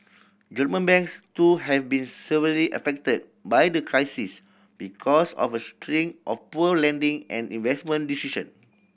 German banks too have been severely affected by the crisis because of a string of poor lending and investment decision